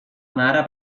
mare